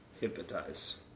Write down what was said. Hypnotize